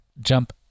jump